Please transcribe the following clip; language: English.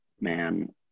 man